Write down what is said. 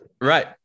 Right